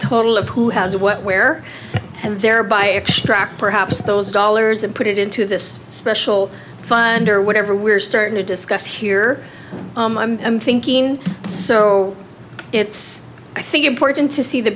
total of who has what where and thereby extract perhaps those dollars and put it into this special fund or whatever we're starting to discuss here i'm thinking so it's i think important to see the